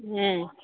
ह्